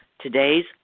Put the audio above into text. today's